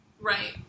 Right